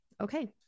Okay